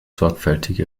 sorgfältige